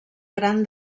gran